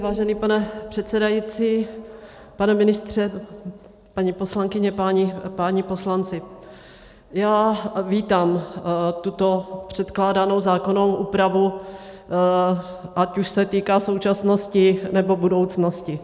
Vážený pane předsedající, pane ministře, paní poslankyně, páni poslanci, já vítám tuto předkládanou zákonnou úpravu, ať už se týká současnosti, nebo budoucnosti.